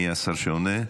מי השר שעונה?